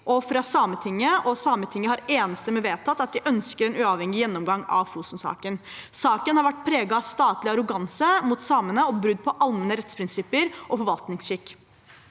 og Sametinget har enstemmig vedtatt at de ønsker en uavhengig gjennomgang av Fosen-saken. Saken har vært preget av statlig arroganse mot samene og brudd på allmenne rettsprinsipper og forvaltningsskikk.